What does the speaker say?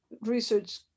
research